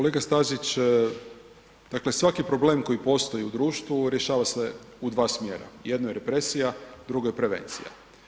Kolega Stazić, dakle svaki problem koji postoji u društvu rješava se u dva smjera, jedno je represija, drugo je prevencija.